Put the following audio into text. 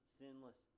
sinless